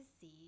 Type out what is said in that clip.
see